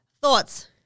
Thoughts